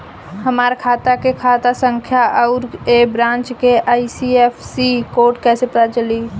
हमार खाता के खाता संख्या आउर ए ब्रांच के आई.एफ.एस.सी कोड कैसे पता चली?